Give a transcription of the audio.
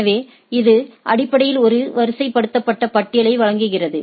எனவே இது அடிப்படையில் ஒரு வரிசைப்படுத்தப்பட்ட பட்டியலை வழங்குகிறது